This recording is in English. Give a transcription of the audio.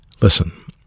Listen